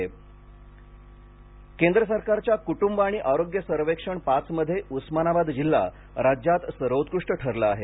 intro केंद्र सरकारच्या कुटुंब आणि आरोग्य सर्वेक्षण पाचमध्ये उस्मानाबाद जिल्हा राज्यात सर्वोत्कृष्ट ठरला आहे